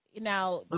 now